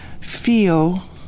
feel